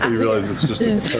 um realize it's just a